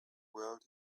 world